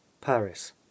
paris